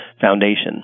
foundation